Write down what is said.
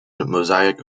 mosaic